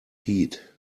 heat